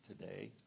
today